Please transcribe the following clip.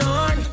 on